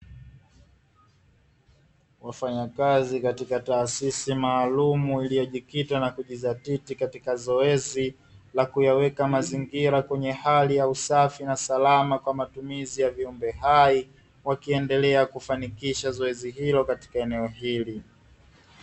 Wafanyakazi katika taasisi maalum, iliyojikita na kujizatiti katika zoezi la kuyaweka mazingira kwenye hali ya usafi na salama kwa matumizi ya viumbe hai, wakiendelea kufanikisha zoezi hilo katika eneo hili.